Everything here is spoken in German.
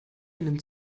nimmt